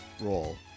role